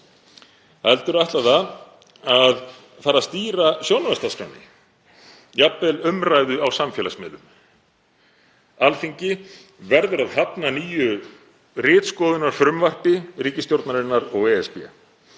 heldur ætlar það að fara að stýra sjónvarpsdagskránni og jafnvel umræðu á samfélagsmiðlum. Alþingi verður að hafna nýju ritskoðunarfrumvarpi ríkisstjórnarinnar og ESB.